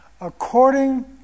according